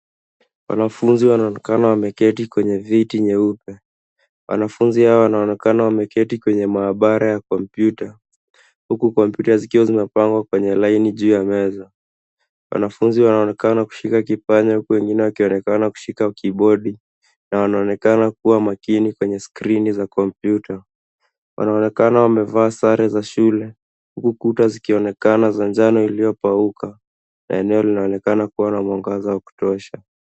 Wanafunzi wanaonekana wameketi kwenye viti nyeupe. Wanafunzi hawa wanaonekana wameketi kwenye maabara ya kompyuta. Huku kompyuta zikiwa zinapangwa kwenye laini juu ya meza. Wanafunzi wanaonekana kushika kipanya huku wengine wakionekana kushika kibodi na wanaonekana kuwa makini kwenye skrini za kompyuta. Wanaonekana wamevaa sare za shule. Huku kuta zikionekana za njano iliyopauka. Eneo linaonekana kuwa na mwangaza wa kutosha.